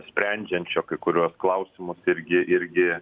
sprendžiančio kai kuriuos klausimus irgi irgi